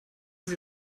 sie